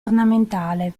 ornamentale